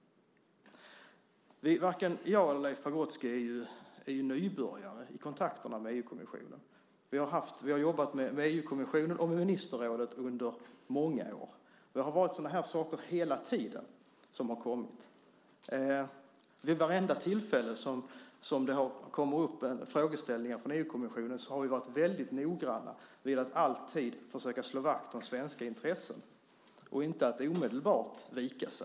Varken jag eller Leif Pagrotsky är ju nybörjare i kontakterna med EU-kommissionen. Vi har jobbat med EU-kommissionen och med ministerrådet under många år. Sådana här saker har kommit hela tiden. Vid vartenda tillfälle som det kommit upp en frågeställning från EU-kommissionen har vi varit väldigt noga med att alltid försöka slå vakt om svenska intressen och inte omedelbart vika oss.